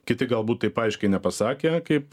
kiti galbūt taip aiškiai nepasakė kaip